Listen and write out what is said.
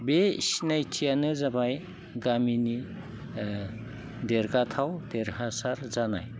बे सिनायथिआनो जाबाय गामिनि देरगाथाव देरहासार जानाय